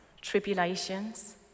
tribulations